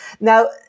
Now